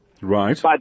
Right